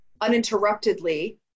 uninterruptedly